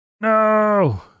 No